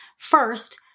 First